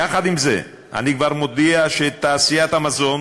יחד עם זה אני כבר מודיע שתעשיית המזון